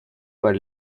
para